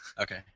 Okay